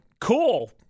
cool